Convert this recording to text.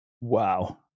Wow